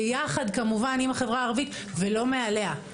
ביחד כמובן עם החברה הערבית ולא מעליה,